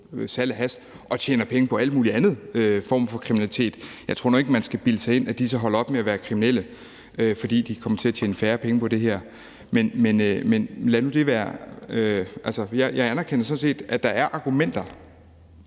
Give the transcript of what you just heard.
salg af hash og tjener penge på alle mulige andre former for kriminalitet. Jeg tror nu ikke, at man skal bilde sig ind, at de så holder op med at være kriminelle, fordi de kommer til at tjene færre penge på det her. Men lad det nu være. Jeg anerkender sådan set som sagt, at der er argumenter.